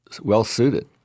well-suited